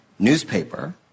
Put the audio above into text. Newspaper